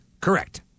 Correct